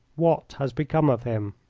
what has become of him?